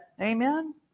Amen